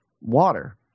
water